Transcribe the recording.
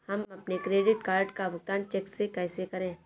हम अपने credit card का भुगतान चेक से कैसे करें?